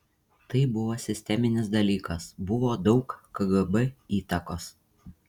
tai buvo sisteminis dalykas buvo daug kgb įtakos